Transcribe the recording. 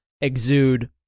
exude